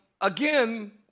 again